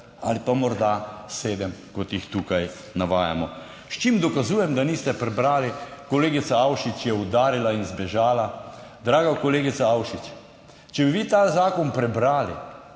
ali pa morda sedem, kot jih tukaj navajamo. S čim dokazujem, da niste prebrali? Kolegica Avšič je udarila in zbežala. Draga kolegica Avšič, če bi vi ta zakon prebrali,